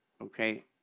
okay